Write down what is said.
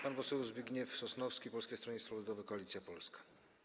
Pan poseł Zbigniew Sosnowski, Polskie Stronnictwo Ludowe - Koalicja Polska.